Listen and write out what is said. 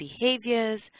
behaviors